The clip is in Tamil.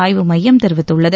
ஆய்வு மையம் தெரிவித்துள்ளது